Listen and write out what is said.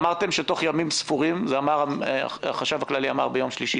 אמרתם שתוך ימים ספורים כך אמר החשב הכללי ביום שלישי